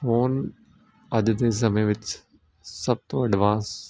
phone ਅੱਜ ਦੇ ਸਮੇਂ ਵਿੱਚ ਸਭ ਤੋਂ ਐਡਵਾਂਸ